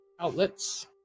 outlets